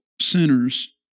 sinners